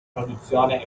produzione